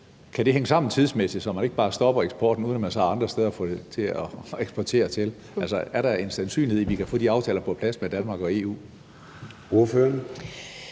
kan hænge sammen tidsmæssigt, så man ikke bare stopper eksporten, uden at man har andre steder at eksportere til? Altså, er der en sandsynlighed for, at man kan få de aftaler på plads med Danmark og EU?